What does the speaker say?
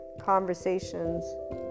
conversations